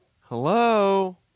Hello